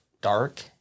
dark